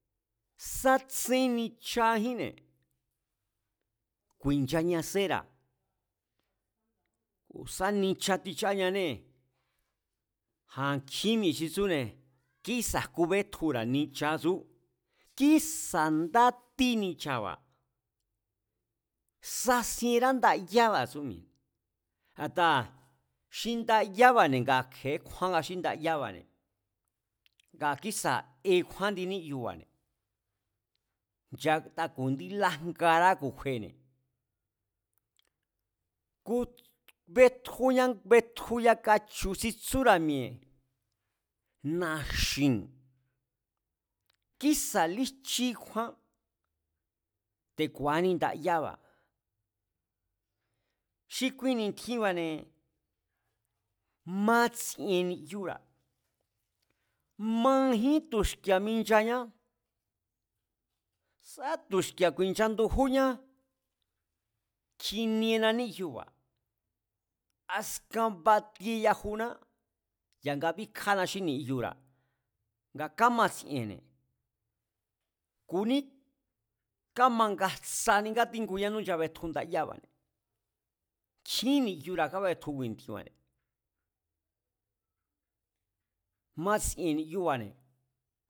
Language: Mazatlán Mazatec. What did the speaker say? Sa tsén nichajínne̱, ku̱i̱nchaña sera̱ ku̱ sá nicha tichañanée̱, a̱ kjín mi̱e̱ xi tsúne̱ kísa̱ jku bétjura̱ nicha tsú, kísa̱ nda tí nichaba̱, sasienrá ndayába̱ tsú mi̱e̱. A̱taa̱ xi ndayába̱ne̱ ngaa̱ kje̱é kjúáan x ndayába̱ne̱ nga kísa̱ ekjúá kjindi níyuba̱ne̱, nchata ku̱ kjindí lájngará ku̱ kjuene̱. ku bet, betju, betju yaka chu̱ xi tsúra̱ mi̱e̱, na̱xi̱n, kísa̱ líjchí kjúan te̱a̱íni ndayába̱, xi kui ni̱tjinba̱ne̱ matsien ni̱yura̱, majín tu̱xki̱e̱a̱ minchañá, sá tu̱xki̱e̱a̱ ku̱i̱nchandujúñá, kjiniena níyuba̱, askan batie yajuná, ya̱nga bíkjána xí niyura̱, nga kámatsi̱e̱nne̱ ku̱ ní kamangajtsani ngátíjngu yanú nchabetju ndayába̱ne̱, nkjín ni̱yura̱ kabetju kui ni̱tjinba̱ne̱, matsi̱e̱n ni̱yuba̱ne̱